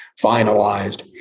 finalized